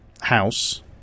House